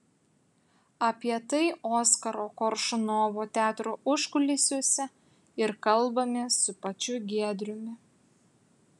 apie tai oskaro koršunovo teatro užkulisiuose ir kalbamės su pačiu giedriumi